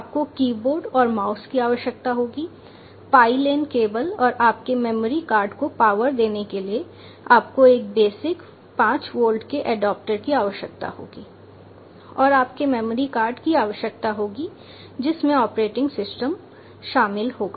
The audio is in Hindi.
आपको की बोर्ड और माउस की आवश्यकता होगी पाई लैन केबल और आपके मेमोरी कार्ड को पावर देने के लिए आपको एक बेसिक 5 वोल्ट के एडेप्टर की आवश्यकता होगी और आपके मेमोरी कार्ड की आवश्यकता होगी जिसमें ऑपरेटिंग सिस्टम शामिल होगा